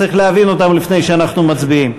צריך להבין אותם לפני שאנחנו מצביעים.